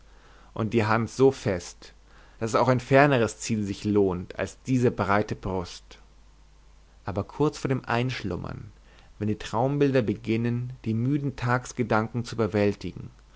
und die hand so fest daß auch ein ferneres ziel sich lohnt als diese breite brust aber kurz vor dem einschlummern wenn die traumbilder beginnen die müden tagsgedanken zu überwältigen